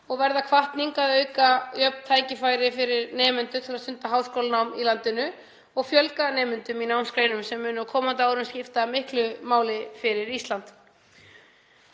og verða hvatning til að auka jöfn tækifæri fyrir nemendur til að stunda háskólanám í landinu og fjölga nemendum í námsgreinum sem munu á komandi árum skipta miklu máli fyrir Ísland.